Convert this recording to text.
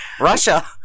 Russia